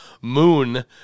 moon